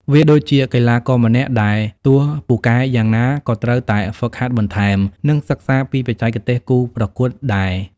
វាដូចជាកីឡាករម្នាក់ ដែលទោះពូកែយ៉ាងណាក៏ត្រូវតែហ្វឹកហាត់បន្ថែម និងសិក្សាពីបច្ចេកទេសគូប្រកួតដែរ។